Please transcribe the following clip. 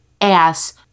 ass